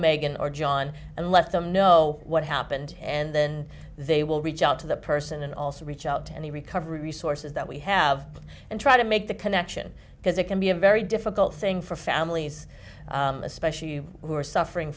megan or john and let them know what happened and then they will reach out to the person and also reach out to any recovery resources that we have and try to make the connection because it can be a very difficult thing for families especially who are suffering